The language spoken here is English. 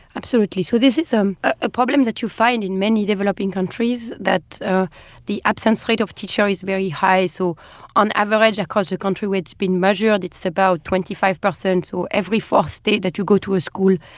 absolutely. so this is um a problem that you find in many developing countries, that ah the absence rate of teacher is very high. so on average, across the country where it's been measured, it's about twenty five percent. so every fourth state that you go to a school,